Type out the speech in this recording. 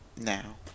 now